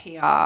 PR